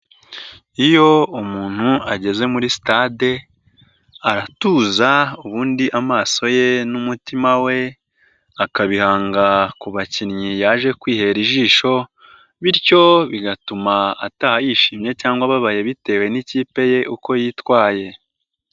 Iyo umuntu ageze muri sitade aratuza ubundi amaso ye n'umutima we akabihanga ku bakinnyi yaje kwihera ijisho, bityo bigatuma ataha yishimye cyangwa ababaye bitewe n'ikipe ye uko yitwaye.